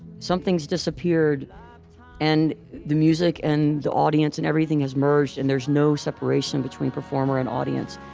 something's disappeared and the music and the audience and everything has merged, and there's no separation between performer and audience.